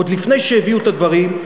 עוד לפני שהביאו את הדברים,